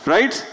Right